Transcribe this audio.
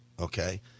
Okay